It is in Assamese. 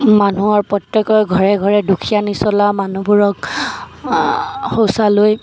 মানুহৰ প্ৰত্যেকৰে ঘৰে ঘৰে দুখিয়া নিচলা মানুহবোৰক শৌচালয়